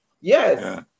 yes